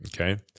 okay